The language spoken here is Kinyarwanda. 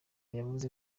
yavuze